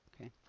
okay